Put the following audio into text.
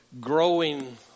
growing